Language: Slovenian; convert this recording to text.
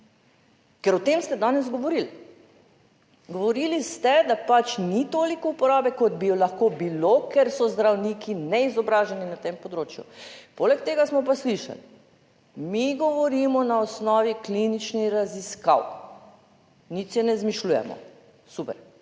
Ker o tem ste danes govorili, govorili ste, da ni toliko uporabe, kot bi jo lahko bilo, ker so zdravniki neizobraženi na tem področju. Poleg tega smo pa slišali, mi govorimo na osnovi kliničnih raziskav. Nič si ne izmišljujemo, super